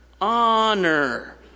honor